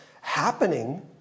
happening